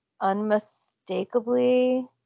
unmistakably